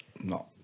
No